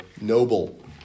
noble